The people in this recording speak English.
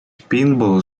pinball